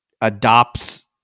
adopts